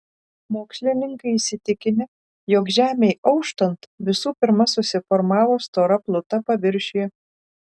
mokslininkai įsitikinę jog žemei auštant visų pirma susiformavo stora pluta paviršiuje